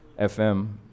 FM